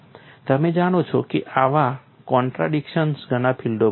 તમે જાણો છો કે આવા કોન્ટ્રાડિક્શન્સ ઘણા ફીલ્ડોમાં આવે છે